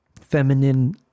Feminine